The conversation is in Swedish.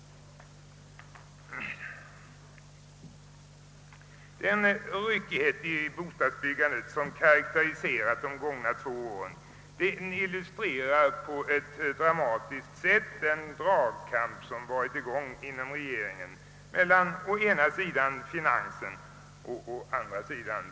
Den ryckighet i bostadsbyggandet som karakteriserat de gångna åren illustrerar på ett drastiskt sätt den drag kamp som förekommit i regeringen mellan inrikesministern och finansministern.